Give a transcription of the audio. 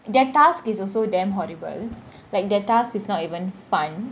like their task is also damn horrible like their task is not even fun